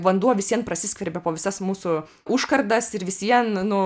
vanduo vis vien prasiskverbia pro visas mūsų užkardas ir vis vien nu